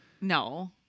No